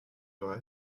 vrai